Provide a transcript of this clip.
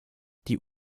die